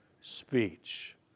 speech